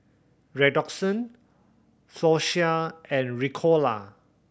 Redoxon Floxia and Ricola